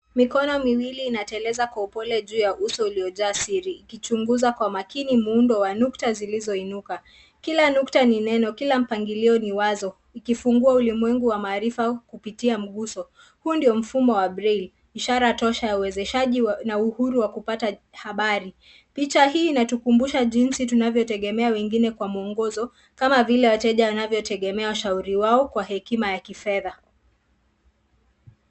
Mikono miwili inateleza kwa upole juu ya uso uliojaa siri ikichunguza kwa makini. Muundo wa nukta zilizoinuka kila nukta ni neno. Kila mpangilio ni wazo ikifungua ulimwengu wa maarifa kupitia mguso. Huu ndio mfumo wa braille ishara tosha yauwezeshaji na uhuru wa kupata habari. Picha hii inatukumbusha jinsi tunavyotegemea wengine kwa mwongozo kama vile wateja wanavyotegemea washauri wao kwa hekima ya kifedha.